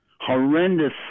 horrendous